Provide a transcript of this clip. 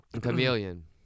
Chameleon